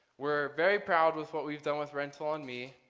where very proud with what we've done with rental on me,